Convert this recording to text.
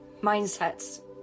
mindsets